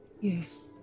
Yes